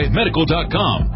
medical.com